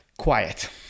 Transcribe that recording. Quiet